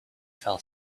fell